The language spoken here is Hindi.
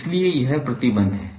इसलिए यह प्रतिबंध है